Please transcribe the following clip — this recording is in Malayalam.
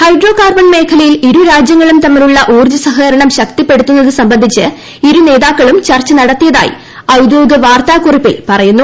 ഹൈഡ്രോ കാർബൺ മേഖലയിൽ ഇരുരാജ്യങ്ങളും തമ്മിലുള്ള ഊർജ്ജ സഹകരണം ശക്തിപ്പെടുത്തുന്നത് സംബന്ധിച്ച് ഇരുനേതാക്കളും ചർച്ച നടത്തിയതായി ഔദ്യോഗിക വാർത്താകുറിപ്പിൽ പറയുന്നു